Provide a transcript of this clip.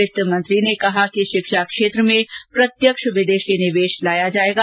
वित्त मंत्री ने कहा कि शिक्षा क्षेत्र में प्रत्यक्ष विदेशी निवेश लाया जायेगा